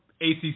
ACC